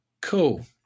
Cool